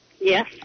Yes